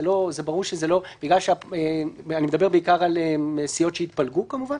אני מדבר בעיקר על סיעות שהתפלגו כמובן.